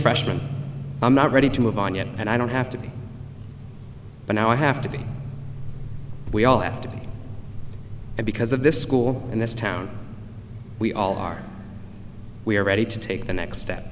freshman i'm not ready to move on yet and i don't have to be but now i have to be we all have to be because of this school and this town we all are we are ready to take the next step